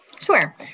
Sure